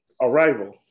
Arrival